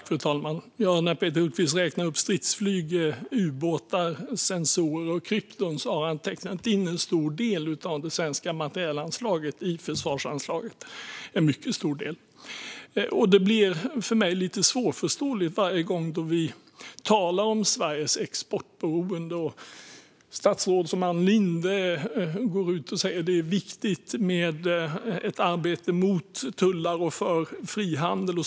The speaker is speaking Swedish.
Fru talman! När Peter Hultqvist räknar upp stridsflyg, ubåtar, sensorer och krypton har han tecknat in en stor del av det svenska materielanslaget i försvarsanslaget, en mycket stor del. Det blir för mig lite svårförståeligt varje gång vi talar om Sveriges exportberoende, och statsråd som Ann Linde går ut och säger att det är viktigt med ett arbete mot tullar och för frihandel.